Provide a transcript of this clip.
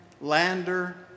Lander